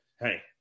hey